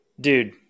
Dude